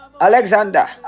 Alexander